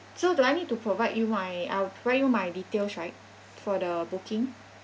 so do I need to provide you my I'll provide you my details right for the booking